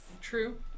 True